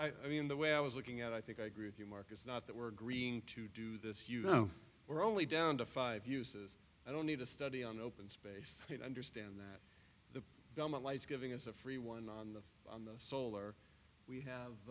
site i mean the way i was looking at i think i agree with you mark it's not that we're green to do this you know we're only down to five uses i don't need to study on open space understand that the government lies giving us a free one on the on the solar we have